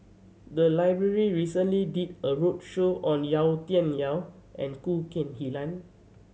the library recently did a roadshow on Yau Tian Yau and Khoo Kay Hian